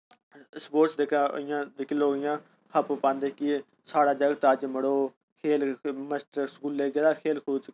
sports जेह्का जेह्ड़े लोक इ'यां अज्ज खप पांदे के साढ़ा जगत अज्ज मड़ो माश्टर जेह्ड़ा स्कूलें च खेल कूद बी कीता